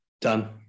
Done